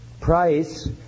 price